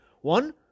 one